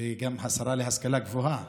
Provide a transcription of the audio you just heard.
והיא גם השרה להשכלה גבוהה,